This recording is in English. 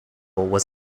was